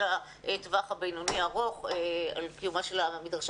לטווח הבינוני-ארוך על קיומה של המדרשה.